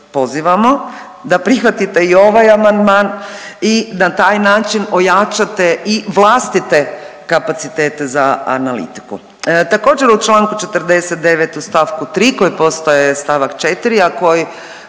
pozivamo da prihvatite i ovaj amandman i na taj način ojačate i vlastite kapacitete za analitiku. Također u članku 49. u stavku 3. koji postaje stavak 4. a koji